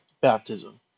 baptism